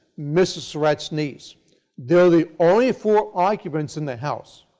mrs. surratt's niece they are the only four occupants in the house.